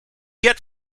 get